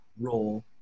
role